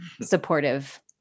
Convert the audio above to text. supportive